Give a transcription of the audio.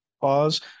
Pause